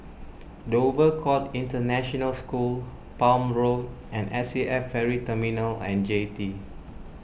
Dover Court International School Palm Road and S A F Ferry Terminal and Jetty